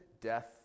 death